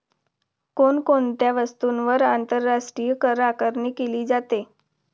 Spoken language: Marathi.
कोण कोणत्या वस्तूंवर आंतरराष्ट्रीय करआकारणी केली जाते?